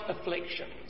afflictions